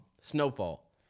Snowfall